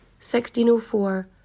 1604